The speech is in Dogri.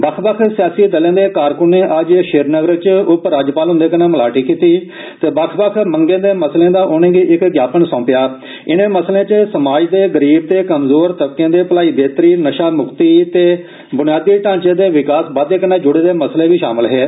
बक्ख बक्ख सियासी दलें दे कारकूनें अज्ज श्रीनगर च उप राज्यपाल हन्दे कन्नै मलाटी कीती ते बक्ख बक्ख मंगे ते मसलें दा उनेंगी इक ज्ञापन सौंपेया इनें मसलें च समाज दे गरीब ते कमज़ोर तबके दी भलाई बेहतरी नशा म्क्ति ते ब्नियादी ढांचे दे विकास बाद्दे कन्नै ज्ड़े दे मसले बी शामल हे